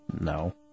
No